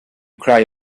cry